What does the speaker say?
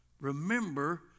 remember